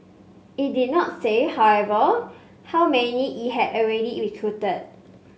it did not say however how many it had already recruited